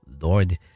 Lord